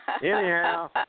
Anyhow